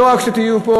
לא רק שתהיו פה,